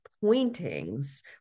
pointings